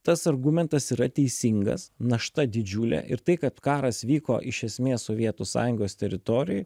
tas argumentas yra teisingas našta didžiulė ir tai kad karas vyko iš esmės sovietų sąjungos teritorijoj